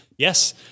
Yes